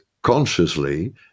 consciously